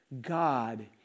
God